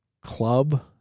club